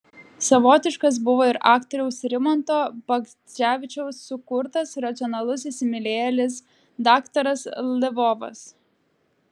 savotiškas buvo ir aktoriaus rimanto bagdzevičiaus sukurtas racionalus įsimylėjėlis daktaras lvovas